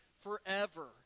forever